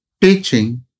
teaching